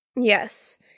Yes